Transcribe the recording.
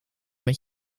met